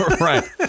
Right